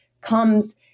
comes